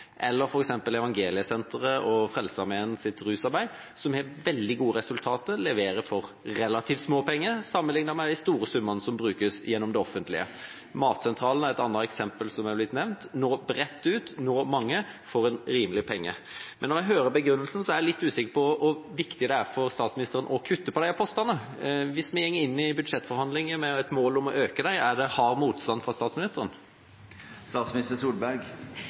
Eller vi har f.eks. Evangeliesenteret og Frelsesarmeens rusarbeid, som har veldig gode resultater og leverer for relativt små penger, sammenlignet med de store summene som brukes gjennom det offentlige. Matsentralen er et annet eksempel som er blitt nevnt. De når bredt ut, når mange, for en rimelig penge. Men når jeg hører begrunnelsen, er jeg litt usikker på hvor viktig det er for statsministeren å kutte i de postene. Hvis vi går inn i budsjettforhandlinger med et mål om å øke dem, er det hard motstand fra